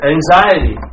Anxiety